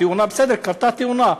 תאונה, בסדר, קרתה תאונה.